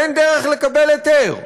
אין דרך לקבל היתר.